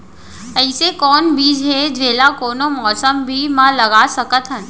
अइसे कौन बीज हे, जेला कोनो मौसम भी मा लगा सकत हन?